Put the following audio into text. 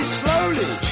slowly